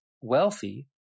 wealthy